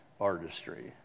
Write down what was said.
artistry